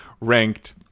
ranked